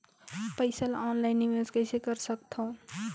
पईसा ल ऑनलाइन निवेश कइसे कर सकथव?